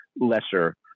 lesser